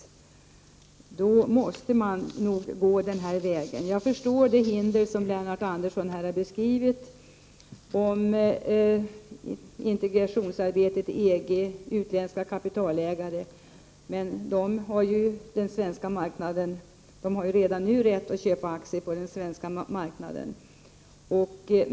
Jag förstår att det finns sådana hinder som Lennart Andersson beskriver, som integrationsarbetet i EG. Men utländska kapitalägare har ju redan nu rätt att köpa aktier på den svenska marknaden.